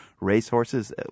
racehorses